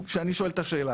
אתה יכול לתת לי להגיד?